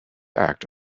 act